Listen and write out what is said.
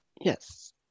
Yes